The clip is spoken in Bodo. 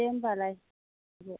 दे होनबालाय आब'